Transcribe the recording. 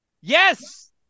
Yes